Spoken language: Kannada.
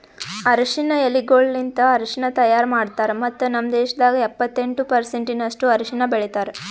ಅರಶಿನ ಎಲಿಗೊಳಲಿಂತ್ ಅರಶಿನ ತೈಯಾರ್ ಮಾಡ್ತಾರ್ ಮತ್ತ ನಮ್ ದೇಶದಾಗ್ ಎಪ್ಪತ್ತೆಂಟು ಪರ್ಸೆಂಟಿನಷ್ಟು ಅರಶಿನ ಬೆಳಿತಾರ್